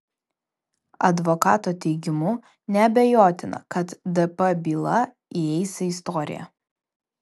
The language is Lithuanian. advokato teigimu neabejotina kad dp byla įeis į istoriją